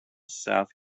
south